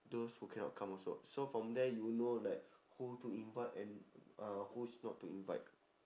those who cannot come also so from there you know like who to invite and uh who not to invite